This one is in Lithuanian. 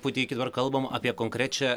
puteiki dabar kalbam apie konkrečią